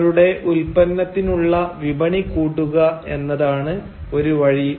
നിങ്ങളുടെ ഉത്പന്നത്തിനുള്ള വിപണി കൂട്ടുക എന്നതാണ് ഒരു വഴി